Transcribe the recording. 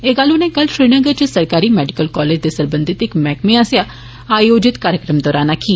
एह् गल्ल उनें कल श्रीनगर च सरकाररी मेडिकल कॉलेज दे सरबंधित इक मैहकमे आस्सेआ आयोजित कार्यक्रम दौरान आक्खी